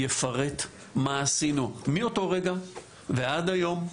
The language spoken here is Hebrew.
יפרט מה עשינו מאותו רגע ועד היום,